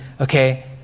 Okay